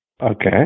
Okay